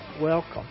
Welcome